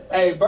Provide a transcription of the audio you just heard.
Hey